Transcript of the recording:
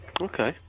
Okay